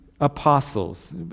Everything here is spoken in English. apostles